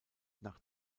nach